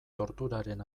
torturaren